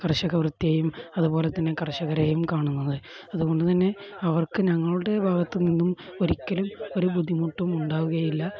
കർഷകവൃത്തിയെയും അതുപോലെ തന്നെ കർഷകരെയും കാണുന്നത് അതുകൊണ്ട് തന്നെ അവർക്ക് ഞങ്ങളുടെ ഭാഗത്ത് നിന്നും ഒരിക്കലും ഒരു ബുദ്ധിമുട്ടും ഉണ്ടാവുകയില്ല